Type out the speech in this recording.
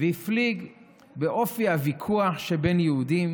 והפליג באופי הוויכוח שבין יהודים.